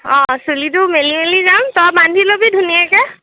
অঁ চুলিটো মেলি মেলি যাম তই বান্ধি ল'বি ধুনীয়াকৈ